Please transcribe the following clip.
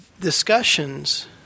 discussions